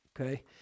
Okay